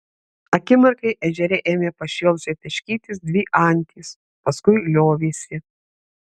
akimirkai ežere ėmė pašėlusiai taškytis dvi antys paskui liovėsi